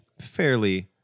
fairly